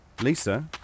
Lisa